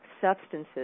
substances